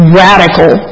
radical